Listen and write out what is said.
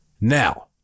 Now